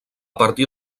partir